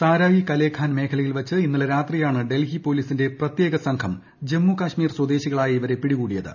സാരായി കലേ ഖാൻ മേഖലയിൽ വെച്ച് ഇന്നലെ രാത്രിയാണ് ഡൽഹി പോലീസിന്റെ പ്രത്യേകസംഘം ജമ്മു കാശ്മീർ സ്വദേശികളായ ഇവരെ പിടികൂടിയത്